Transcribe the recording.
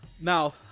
Now